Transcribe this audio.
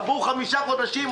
עברו חמישה חודשים,